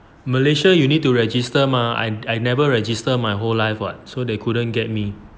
malaysia you need to register mah I I never register my whole life what so they couldn't get me